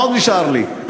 מה עוד נשאר לי?